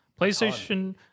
PlayStation